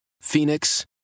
Phoenix